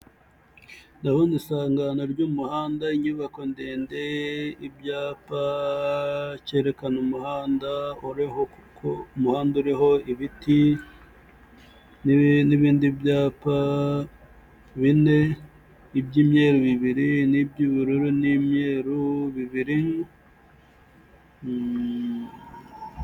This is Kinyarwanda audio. Ndabona isangano ry'umuhanda inyubako ndende ibyapa cyerekana umuhanda uriho kuko umuhanda uriho ibiti, n'ibindi byapa bine iby'imyeru bibiri n'ibyubururu n'imyeru bibiri.